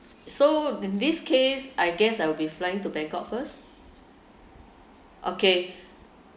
so in this case I guess I'll be flying to bangkok first okay